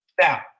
Now